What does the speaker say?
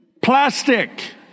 Plastic